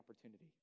opportunity